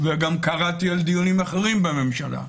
וגם קראתי על דיונים אחרים בממשלה.